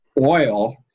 oil